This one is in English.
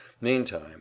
Meantime